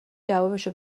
جوابشو